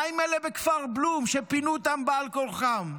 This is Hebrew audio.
מה עם אלה בכפר בלום שפינו אותם בעל כורחם,